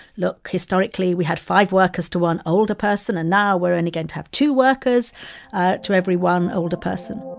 look historically, we had five workers to one older person, and now we're only and going to have two workers ah to every one older person